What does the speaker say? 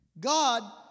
God